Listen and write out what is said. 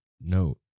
note